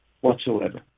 whatsoever